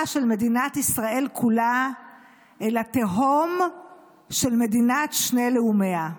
של מדינת ישראל כולה אל התהום של מדינת שני לאומיה.